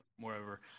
moreover